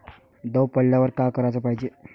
दव पडल्यावर का कराच पायजे?